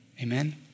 Amen